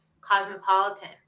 cosmopolitan